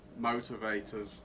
motivators